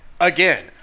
again